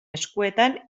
eskuetan